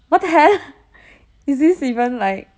what the hell is this even like